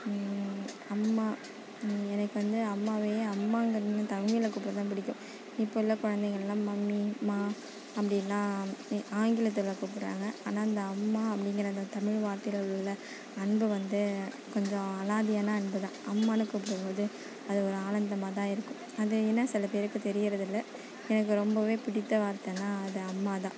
அம்மா எனக்கு வந்து அம்மாவையே அம்மாங்கிறது வந்து தமிழில் கூப்பிட தான் பிடிக்கும் இப்போ உள்ள குழந்தைகள்லாம் மம்மி மா அப்படின்லாம் நி ஆங்கிலத்தில் கூப்பிடுறாங்க ஆனால் இந்த அம்மா அப்படிங்கிற அந்த தமிழ் வார்த்தையில் உள்ள அன்பு வந்து கொஞ்சம் அலாதியான அன்பு தான் அம்மான்னு கூப்பிடும்போது அது ஒரு ஆனந்தமாக தான் இருக்கும் அது ஏன்னால் சில பேருக்கு தெரிகிறதில்ல எனக்கு ரொம்பவே பிடித்த வார்த்தைனா அது அம்மா தான்